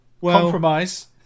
compromise